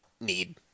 need